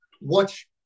watch